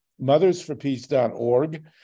mothersforpeace.org